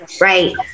Right